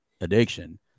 addiction